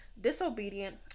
disobedient